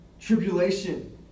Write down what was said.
tribulation